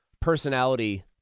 personality